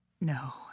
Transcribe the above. No